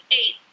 eight